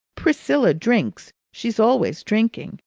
priscilla drinks she's always drinking.